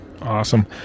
Awesome